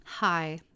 Hi